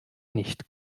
nicht